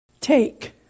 Take